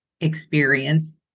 experience